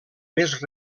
més